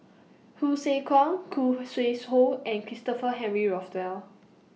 Hsu Tse Kwang Khoo Sui Hoe and Christopher Henry Rothwell